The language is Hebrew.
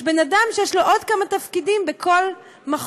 יש בן אדם שיש לו עוד כמה תפקידים בכל מחוז,